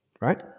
right